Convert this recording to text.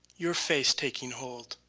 your face taking hold.